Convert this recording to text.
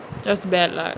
just bad lah